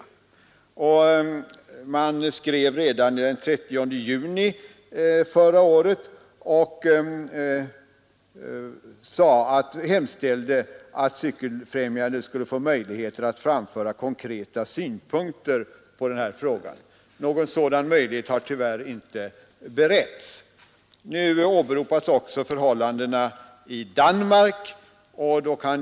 Cykeloch mopedfrämjandet hemställde redan den 30 juni förra året i en skrivelse att organisationen skulle få möjligheter att framföra konkreta synpunkter på denna fråga. Någon sådan möjlighet har tyvärr inte beretts. Nu åberopas också förhållandena i Danmark.